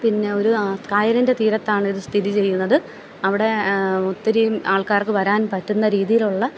പിന്നെ ഒരു കായലിൻ്റെ തീരത്താണ് ഇത് സ്ഥിതി ചെയ്യുന്നത് അവിടെ ഒത്തിരിയും ആൾക്കാർക്ക് വരാൻ പറ്റുന്ന രീതിയിലുള്ള